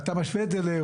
אתה משווה את זה לאירופה,